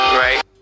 right